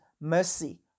mercy